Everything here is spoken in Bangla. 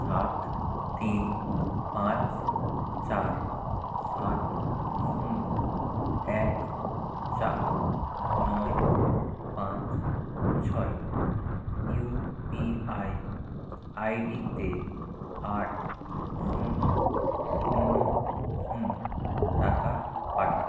সাত তিন পাঁচ চার সাথ শূন্য এখ চার নয় পাঁচ ছয় ইউ পি আই আইডিতে আট শূন্য শূন্য শূন্য টাকা পাঠান